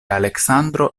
aleksandro